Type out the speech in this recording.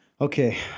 Okay